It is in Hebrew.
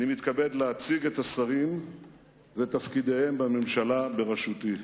אני מתכבד להציג את השרים ואת תפקידיהם בממשלה בראשותי.